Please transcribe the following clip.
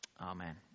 Amen